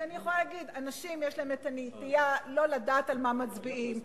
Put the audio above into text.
כי אני יכולה להגיד שלאנשים יש הנטייה לא לדעת על מה מצביעים.